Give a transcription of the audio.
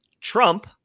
Trump